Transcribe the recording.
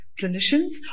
clinicians